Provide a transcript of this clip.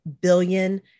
billion